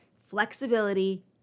flexibility